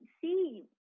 See